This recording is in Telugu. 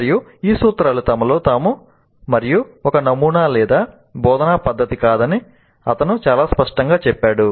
మరియు ఈ సూత్రాలు తమలో తాము మరియు ఒక నమూనా లేదా బోధనా పద్ధతి కాదని అతను చాలా స్పష్టంగా చెప్పాడు